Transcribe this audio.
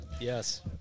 Yes